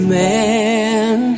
man